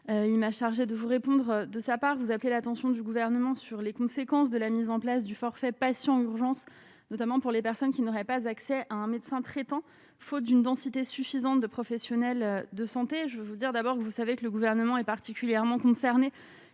il m'a chargé de vous répondre de sa part, vous appelez l'attention du gouvernement sur les conséquences de la mise en place du forfait Passion, urgence, notamment pour les personnes qui n'auraient pas accès à un médecin traitant, faute d'une densité suffisante de professionnels de santé, je vous dire d'abord que vous savez que le gouvernement est particulièrement concernés